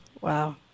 Wow